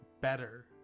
better